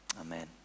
amen